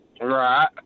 Right